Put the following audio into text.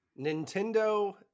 Nintendo